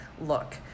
look